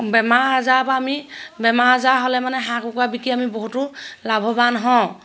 বেমাৰ আজাৰ পৰা আমি বেমাৰ আজাৰ হ'লে মানে হাঁহ কুকুৰা বিকি আমি বহুতো লাভৱান হওঁ